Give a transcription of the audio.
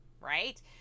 right